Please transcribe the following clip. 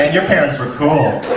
ah your parents were cool.